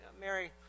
Mary